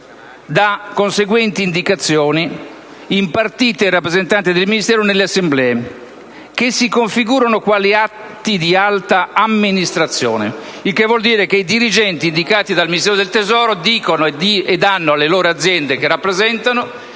dà conseguenti indicazioni impartite ai rappresentanti del Ministero nelle assemblee, che si configurano quali atti di alta amministrazione: il che vuol dire che i dirigenti indicati dal Ministero dell'economia danno alle loro aziende (che rappresentano,